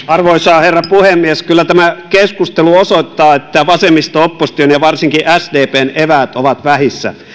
arvoisa herra puhemies kyllä tämä keskustelu osoittaa että vasemmisto opposition ja varsinkin sdpn eväät ovat vähissä